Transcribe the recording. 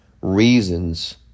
reasons